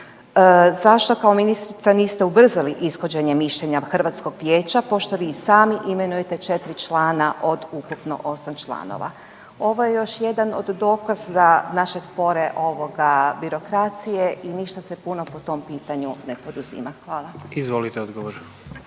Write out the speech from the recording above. Zašto kao ministrica niste ubrzali ishođenje mišljenja hrvatskog vijeća pošto vi i sami imenujete 4 člana od ukupno 8 članova? Ovo je još jedan od dokaza naše spore ovoga birokracije i ništa se puno po tom pitanju ne poduzima. Hvala. **Jandroković,